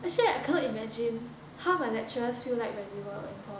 actually I cannot imagine how my lecturers feel like when we were